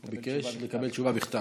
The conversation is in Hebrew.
הוא ביקש לקבל תשובה בכתב,